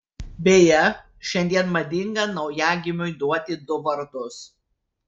beje šiandien madinga naujagimiui duoti du vardus